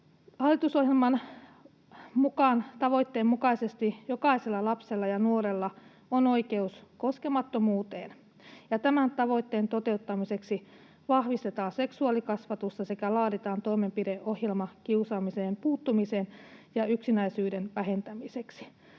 Hallitusohjelman tavoitteen mukaisesti jokaisella lapsella ja nuorella on oikeus koskemattomuuteen, ja tämän tavoitteen toteuttamiseksi vahvistetaan seksuaalikasvatusta sekä laaditaan toimenpideohjelma kiusaamiseen puuttumiseen ja yksinäisyyden vähentämiseksi.